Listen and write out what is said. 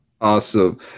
Awesome